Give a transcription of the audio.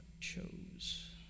chose